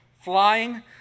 flying